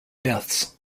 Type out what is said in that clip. deaths